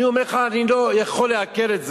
אני אומר לך, אני לא יכול לעכל את זה.